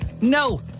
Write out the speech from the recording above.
No